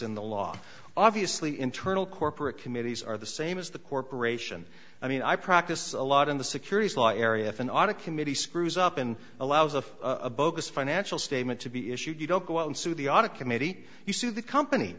in the law obviously internal corporate committees are the same as the corporation i mean i practice a lot in the securities law area if an audit committee screws up and allows of a bogus financial statement to be issued you don't go out and sue the audit committee you sue the company